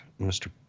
Mr